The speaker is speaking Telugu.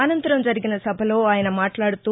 అనంతరం జరిగిన సభలో ఆయన మాట్లాడుతూ